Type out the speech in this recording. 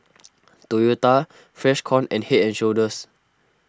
Toyota Freshkon and Head and Shoulders